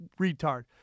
retard